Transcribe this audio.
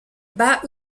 bas